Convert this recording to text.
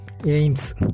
AIMS